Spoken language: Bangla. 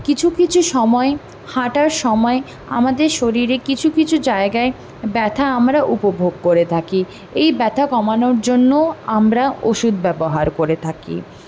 কিছু কিছু সময় হাঁটার সময় আমাদের শরীরে কিছু কিছু জায়গায় ব্যথা আমরা উপভোগ করে থাকি এই ব্যথা কমানোর জন্য আমরা ওষুধ ব্যবহার করে থাকি